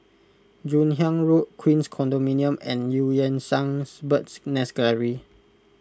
Joon Hiang Road Queens Condominium and Eu Yan Sang Bird's Nest Gallery